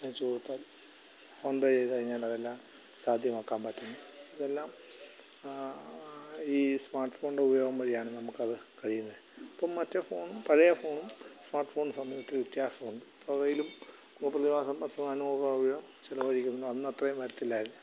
കുറച്ചുകൂടെ ഫോൺപേ ചെയ്ത് കഴിഞ്ഞാൽ അതെല്ലാം സാധ്യമാക്കാൻ പറ്റുന്നു എല്ലാം ഈ സ്മാർട്ട് ഫോണിൻ്റെ ഉപയോഗം വഴിയാണ് നമുക്കത് കഴിയുന്നത് അപ്പം മറ്റേ ഫോണും പഴയ ഫോണും സ്മാർട്ട് ഫോൺ സംബന്ധിച്ച് വ്യത്യാസമുണ്ട് മൊബൈലും പ്രതിമാസം പത്ത് നാനൂറ് രൂപ ചിലവഴിക്കുന്നു അന്ന് അത്രയും വരില്ലായിരുന്നു